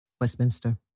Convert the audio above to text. Westminster